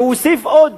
והוא הוסיף עוד